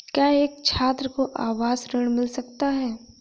क्या एक छात्र को आवास ऋण मिल सकता है?